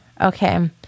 Okay